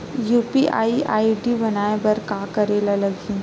UPI ID बनाये बर का करे ल लगही?